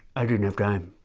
i didn't have time.